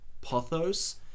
Pothos